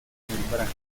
membrana